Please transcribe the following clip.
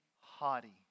haughty